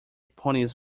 ponies